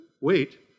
wait